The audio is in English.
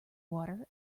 water